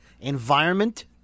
environment